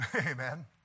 amen